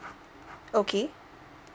okay